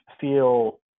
feel